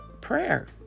prayer